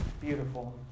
beautiful